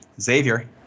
Xavier